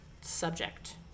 subject